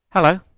Hello